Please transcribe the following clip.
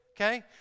Okay